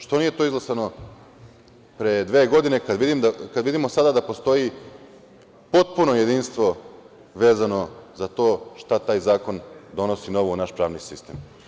Što nije to izglasano pre 2 godine kada vidimo sada da postoji potpuno jedinstvo vezano za to šta taj zakon donosi novo u naš pravni sistem.